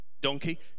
donkey